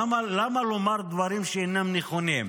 למה לומר דברים שאינם נכונים?